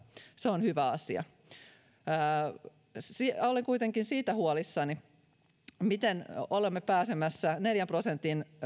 se on hyvä asia olen kuitenkin huolissani siitä miten olemme pääsemässä neljän prosentin